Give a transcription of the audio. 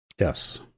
Yes